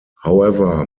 however